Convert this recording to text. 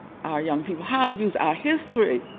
our young people, how to use our history.